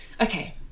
Okay